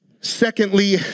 Secondly